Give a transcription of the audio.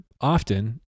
often